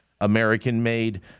American-made